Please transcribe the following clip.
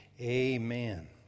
Amen